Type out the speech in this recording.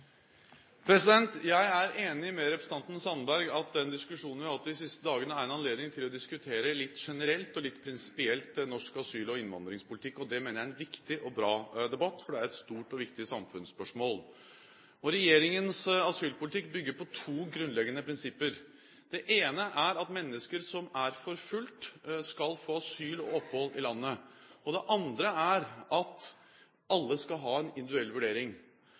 Jeg er enig med representanten Sandberg i at den diskusjonen vi har hatt de siste dagene, gir anledning til å diskutere litt generelt og litt prinsipielt norsk asyl- og innvandringspolitikk – og det mener jeg er en viktig og bra debatt, for det er et stort og viktig samfunnsspørsmål. Regjeringens asylpolitikk bygger på to grunnleggende prinsipper. Det ene er at mennesker som er forfulgt, skal få asyl og opphold i landet. Det andre er at alle skal ha en individuell vurdering.